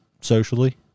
socially